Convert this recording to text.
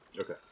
Okay